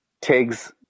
Tigs